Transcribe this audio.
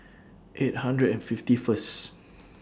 eight hundred and fifty First